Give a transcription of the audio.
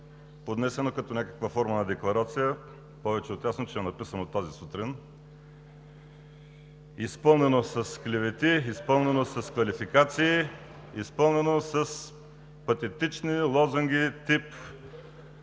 поднесено като някаква форма на декларация. Повече от ясно е, че е написано тази сутрин – изпълнено е с клевети, изпълнено с квалификации, изпълнено с патетични лозунги тип